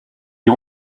you